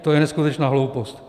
To je neskutečná hloupost.